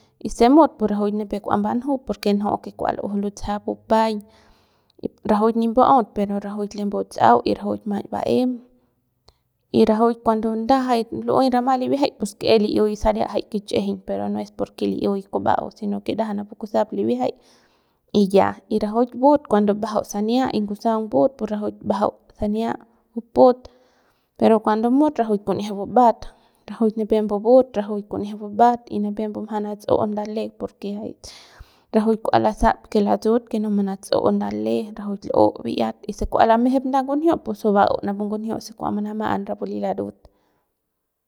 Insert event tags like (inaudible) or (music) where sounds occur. Y se mut pur rajuy nipep kua mbanju porque nju'u kua lujux lutsajap (noise) bupaiñ rajuik nip mba'aut rajuik lembu tsa'au y rajuik maiñ ba'em y rajuik cuando nda jay rama libiajay pus que es li'iui saria jay kichꞌijiñ pero no es porque li'iuiy kuba'au sino que ndajap napu kusap libiajay y ya y rajuik but cuando mbajau sania y ngusaung but pus rajuik mbajau sania buput pero cuando mut rajuik kun'ieje bubat rajuik nipep mbubut rajuik kun'ieje bubat y nipep mbunjang natsu'u nda le porque jay (noise) rajuik kua lasap que latsu'ut que no manatsu'u nda le rajuik l'u bi'iat y se kua lamejep nda ngunjiu pus jui ba'u napu ngunjiu si kua manama'an rapu li garut.